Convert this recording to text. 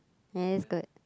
ya that's good